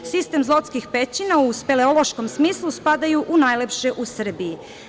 Sistem Zlotskih pećina u speleološkom smislu spadaju u najlepše u Srbiji.